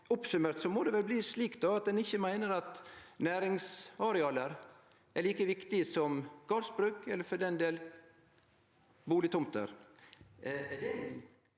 Oppsummert må det vel bli slik at ein ikkje meiner at næringsareal er like viktig som gardsbruk eller for den del bustadtomter.